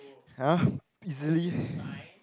!huh! easily